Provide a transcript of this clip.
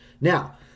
Now